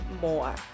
more